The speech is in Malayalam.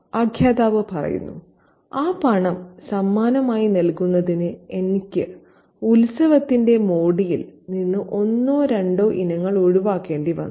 ആഖ്യാതാവ് പറയുന്നു "ആ പണം സമ്മാനമായി നൽകുന്നതിന് എനിക്ക് ഉത്സവത്തിന്റെ മോടിയിൽ നിന്ന് ഒന്നോ രണ്ടോ ഇനങ്ങൾ ഒഴിവാക്കേണ്ടി വന്നു